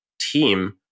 team